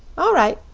all right,